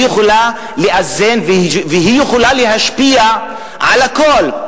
היא יכולה לאזן והיא יכולה להשפיע על הכול.